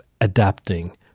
adapting